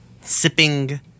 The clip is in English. sipping